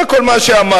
זה כל מה שאמרתי.